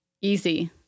easy